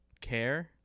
care